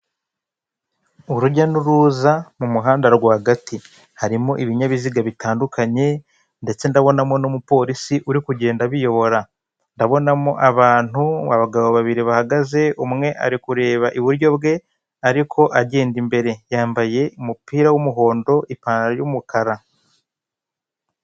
Ubu rero n'uburyo umuntu yishyura akoresheje ikoranabuhanga nawe urabona rwose imyirondoro y'iwe amazina, nimero za konte ndetse n'ibindi byinshi bitandukanye ushobora kwishyura rero utumiza ibintu hanze cyangwa mu kindi gihugu.